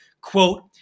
quote